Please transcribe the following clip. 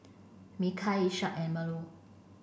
Mikhail Ishak and Melur